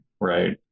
right